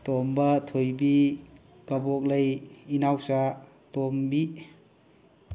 ꯇꯣꯝꯕ ꯊꯣꯏꯕꯤ ꯀꯕꯣꯛꯂꯩ ꯏꯅꯥꯎꯆꯥ ꯇꯣꯝꯕꯤ